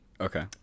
Okay